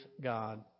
God